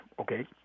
okay